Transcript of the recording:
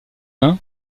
uns